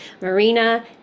Marina